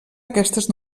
aquestes